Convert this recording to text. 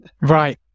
Right